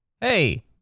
Hey